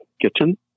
kitchen